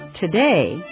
today